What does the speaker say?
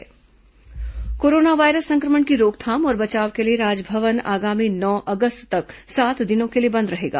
Raj Bhavan corona corona virus संक्रमण की रोकथाम और बचाव के लिए राजभवन आगामी नौ अगस्त तक सात दिनों के लिए बंद रहेगा